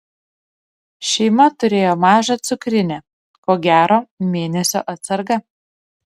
šeima turėjo mažą cukrinę ko gero mėnesio atsarga